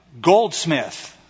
goldsmith